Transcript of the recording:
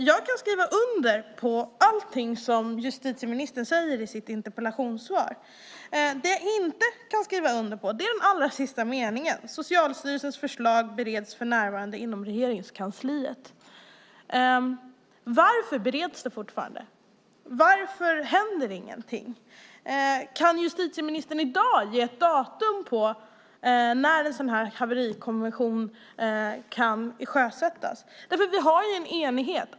Jag kan skriva under på allting som justitieministern skriver i sitt interpellationssvar utom den allra sista meningen där det står att Socialstyrelsens förslag för närvarande bereds inom Regeringskansliet. Varför bereds det fortfarande? Varför händer ingenting? Kan justitieministern i dag ge ett datum när en sådan här haverikommission kan sjösättas? Det finns en enighet.